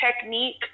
technique